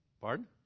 Pardon